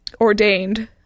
ordained